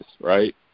right